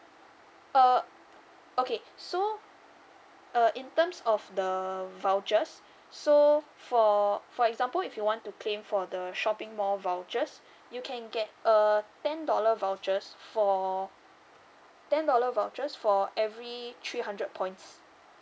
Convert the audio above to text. uh okay so uh in terms of the vouchers so for for example if you want to claim for the shopping mall vouchers you can get a ten dollar vouchers for ten dollar vouchers for every three hundred points